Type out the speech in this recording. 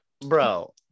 Bro